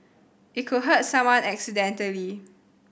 it could hurt someone accidentally